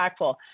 impactful